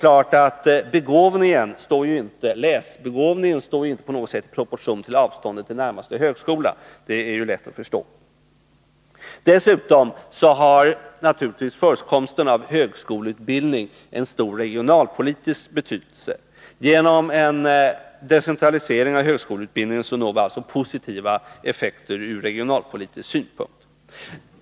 Läsbegåvningen står ju inte på något sätt i proportion till avståndet till närmaste högskola — det är lätt att förstå. Förekomsten av högskoleutbildning har naturligtvis stor regionalpolitisk betydelse. Genom en decentralisering av högskoleutbildningen når vi positiva effekter ur regionalpolitisk synpunkt.